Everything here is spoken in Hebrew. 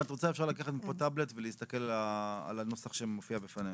אם את רוצה אפשר לקחת מפה טאבלט ולהסתכל על הנוסח שמופיע בפנינו.